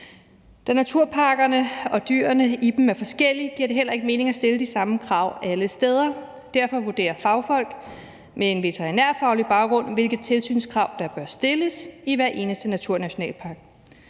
Da naturnationalparkerne og dyrene i dem er forskellige, giver det heller ikke mening at stille de samme krav alle steder. Derfor vurderer fagfolk med en veterinærfaglig baggrund, hvilke tilsynskrav der bør stilles til hver eneste naturnationalpark.